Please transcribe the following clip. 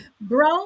Bro